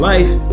Life